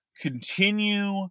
continue